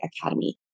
academy